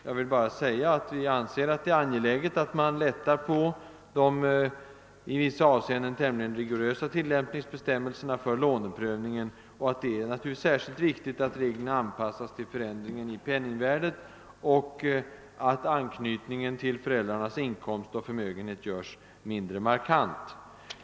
Jag vill bara säga att vi anser det angeläget att man lättar på de i vissa avseenden tämligen rigorösa tillämpningsbestämmelserna för låneprövningen och att det är särskilt viktigt att reglerna anpassas till penningvärdeförändringen, samt att anknytningen till föräldrarnas inkomst och förmögenhet görs mindre markant.